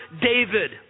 David